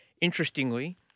interestingly